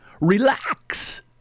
Relax